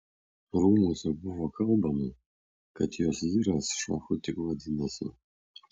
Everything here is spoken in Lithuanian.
rūmuose buvo kalbama kad jos vyras šachu tik vadinasi